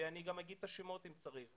ואני גם אומר את השמות אם צריך,